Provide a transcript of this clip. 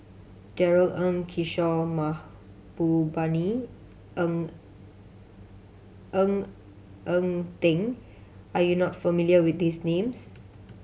Darrell Ang Kishore Mahbubani Ng Ng Eng Teng are you not familiar with these names